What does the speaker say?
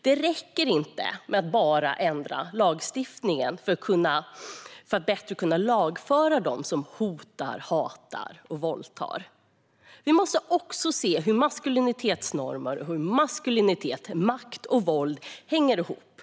Det räcker inte att bara ändra lagstiftningen för att bättre kunna lagföra dem som hotar, hatar och våldtar. Vi måste också se hur maskulinitetsnormer, maskulinitet, makt och våld hänger ihop.